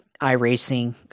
iRacing